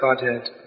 Godhead